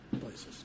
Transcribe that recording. places